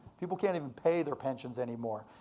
people can't even pay their pensions anymore.